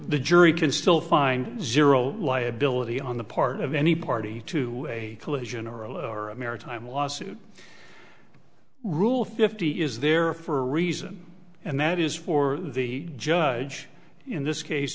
the jury can still find zero liability on the part of any party to a collision or maritime lawsuit rule fifty is there for a reason and that is for the judge in this